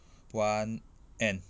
one end